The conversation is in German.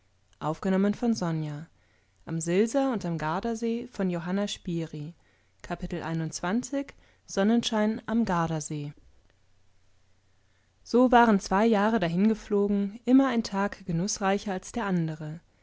sonnenschein am gardasee so waren zwei jahre dahingeflogen immer ein tag genußreicher als der andere